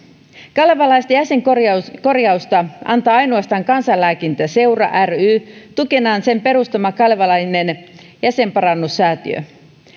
kalevalaista jäsenkorjausta antaa ainoastaan kansanlääkintäseura ry tukenaan sen perustama kalevalainen kansanparannus säätiö